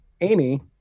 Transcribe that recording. Amy